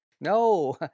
No